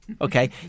Okay